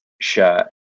shirt